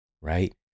right